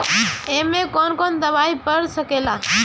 ए में कौन कौन दवाई पढ़ सके ला?